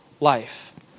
life